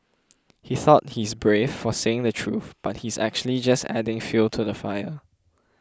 he thought he's brave for saying the truth but he's actually just adding fuel to the fire